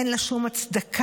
אין לה שום הצדקה,